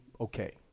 okay